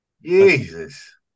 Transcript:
Jesus